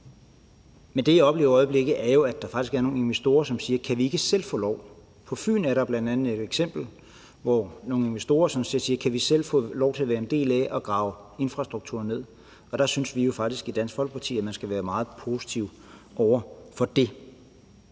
Men det, jeg oplever i øjeblikket, er, at der faktisk er nogle investorer, som siger: Kan vi ikke selv få lov? Der er bl.a. et eksempel fra Fyn, hvor nogle investorer siger: Kan vi få lov til at være en del af arbejdet med at grave infrastrukturen ned? Der synes vi jo faktisk i Dansk Folkeparti, at man skal være meget positiv over for det.